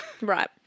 Right